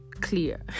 clear